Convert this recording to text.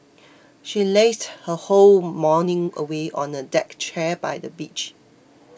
she lazed her whole morning away on a deck chair by the beach